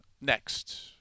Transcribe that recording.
next